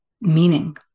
meaning